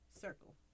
circle